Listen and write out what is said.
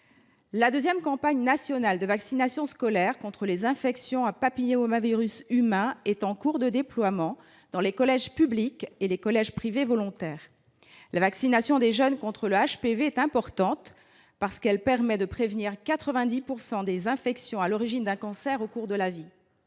La deuxième campagne nationale de vaccination scolaire contre les infections à papillomavirus humains (HPV) est en cours de déploiement dans les collèges publics et les collèges privés volontaires. La vaccination des jeunes contre le HPV est importante, car elle permet de prévenir 90 % des infections à l’origine d’un cancer au cours de la vie.